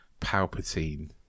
Palpatine